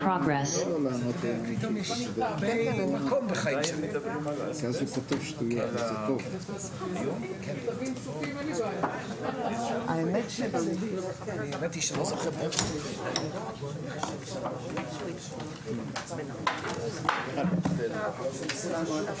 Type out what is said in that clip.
ננעלה בשעה 11:46.